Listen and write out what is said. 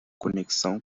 conexão